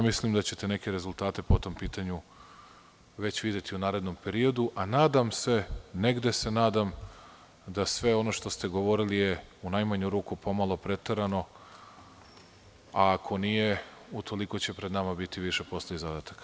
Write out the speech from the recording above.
Mislim da će te neke rezultate po tom pitanju već videti u narednom periodu, a nadam se da sve ono što ste govorili je u najmanju ruku pomalo preterano, a ako nije, utoliko će pred nama biti više posla izadataka.